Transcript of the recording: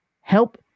help